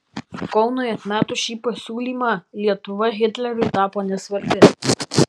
kaunui atmetus šį pasiūlymą lietuva hitleriui tapo nesvarbi